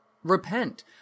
Repent